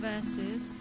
verses